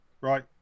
right